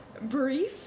brief